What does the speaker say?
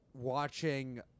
watching